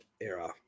era